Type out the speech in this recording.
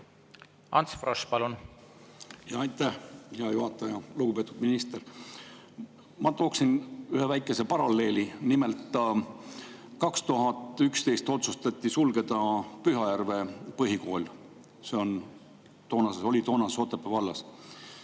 Ants Frosch, palun! Aitäh, hea juhataja! Lugupeetud minister! Ma tooksin ühe väikese paralleeli. Nimelt, 2011. [aastal] otsustati sulgeda Pühajärve Põhikool. See oli toonases Otepää vallas.